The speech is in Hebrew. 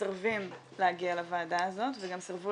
מסרבים להגיע לוועדה הזאת וגם סירבו